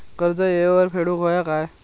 कर्ज येळेवर फेडूक होया काय?